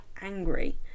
angry